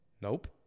Nope